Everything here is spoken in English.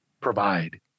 provide